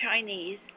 Chinese